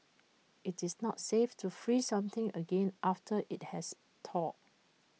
IT is not safe to freeze something again after IT has thawed